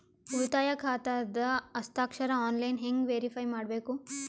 ಉಳಿತಾಯ ಖಾತಾದ ಹಸ್ತಾಕ್ಷರ ಆನ್ಲೈನ್ ಹೆಂಗ್ ವೇರಿಫೈ ಮಾಡಬೇಕು?